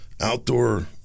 outdoor